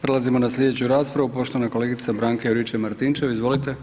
Prelazimo na slijedeću raspravu, poštovana kolegica Branka Juričev Martinčev, izvolite.